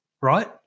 right